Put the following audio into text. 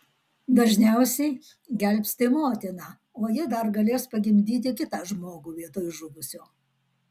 dažniausiai gelbsti motiną o ji dar galės pagimdyti kitą žmogų vietoj žuvusio